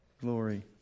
Glory